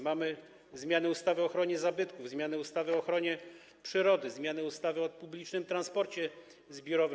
Mamy zmianę ustawy o ochronie zabytków, zmianę ustawy o ochronie przyrody, zmianę ustawy o publicznym transporcie zbiorowym.